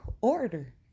order